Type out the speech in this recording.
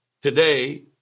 today